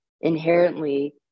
inherently